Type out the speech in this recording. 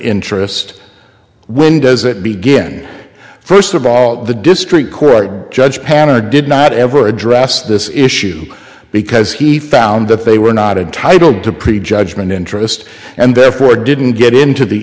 interest when does it begin first of all the district court judge panel did not ever address this issue because he found that they were not a title to prejudgment interest and therefore didn't get into the